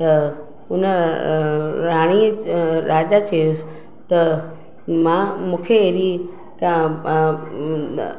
त उन राणीअ राजा चयाईंसि त मां मूंखे अहिड़ी रा